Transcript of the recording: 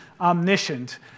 omniscient